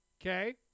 Okay